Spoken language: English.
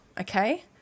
okay